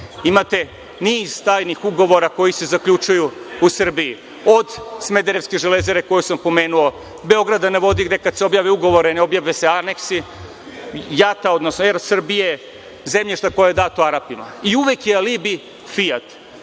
imate niz tajnih ugovora koji se zaključuju u Srbiji, od smederevske železare, koju sam pomenuo, „Beograda na vodi“, gde kada se objavi ugovor ne objave se aneksi, „Er Srbije“, zemljišta koje je dato Arapima i uvek je alibi „Fijat“.